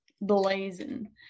blazing